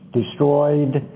destroyed,